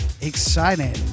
exciting